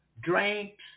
Drinks